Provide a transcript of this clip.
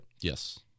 Yes